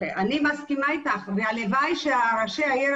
אני מסכימה אתך והלוואי שראשי העיר